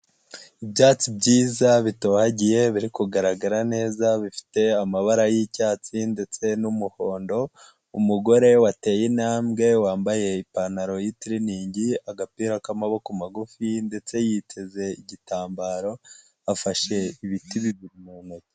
Ibyatsi byiza bitohagiye biri kugaragara neza bifite amabara y'icyatsi ndetse n'umuhondo, umugore wateye intambwe wambaye ipantaro y'itiriningi, agapira k'amaboko magufi ndetse yiteze igitambaro afashe ibiti bibiri mu ntoki.